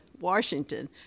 Washington